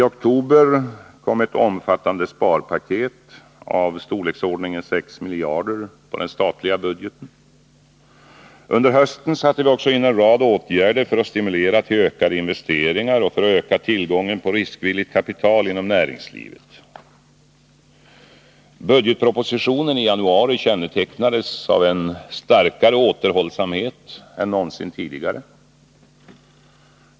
Toktober kom ett omfattande sparpaket i storleksordningen 6 miljarder på den statliga budgeten. Under hösten satte vi också in en rad åtgärder för att stimulera till ökade investeringar och för att öka tillgången på riskvilligt kapital inom näringslivet. Budgetpropositionen i januari kännetecknades av en starkare återhållsamhet än någonsin tidigare.